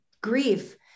grief